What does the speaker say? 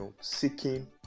seeking